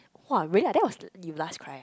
!wah! really ah that was you last cry ah